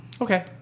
Okay